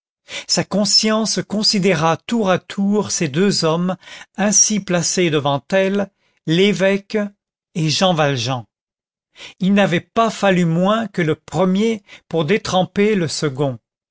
sa conscience considéra tour à tour ces deux hommes ainsi placés devant elle l'évêque et jean valjean il n'avait pas fallu moins que le premier pour détremper le second